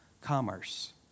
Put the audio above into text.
commerce